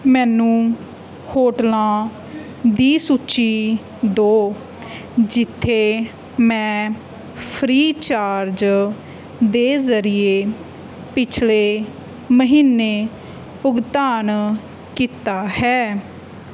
ਮੈਨੂੰ ਹੋਟਲਾਂ ਦੀ ਸੂਚੀ ਦਿਉ ਜਿੱਥੇ ਮੈਂ ਫ੍ਰੀਚਾਰਜ ਦੇ ਜ਼ਰੀਏ ਪਿਛਲੇ ਮਹੀਨੇ ਭੁਗਤਾਨ ਕੀਤਾ ਹੈ